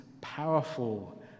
powerful